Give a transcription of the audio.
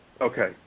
Okay